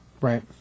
Right